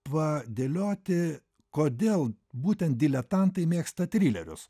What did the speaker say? va dėlioti kodėl būtent diletantai mėgsta trilerius